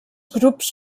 grups